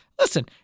Listen